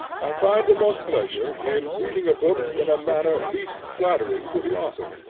i find the most pleasure in reading a book in a manner least flattering to the author.